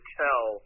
tell